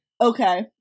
okay